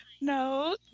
No